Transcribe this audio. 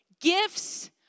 Gifts